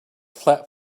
flap